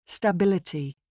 Stability